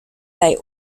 they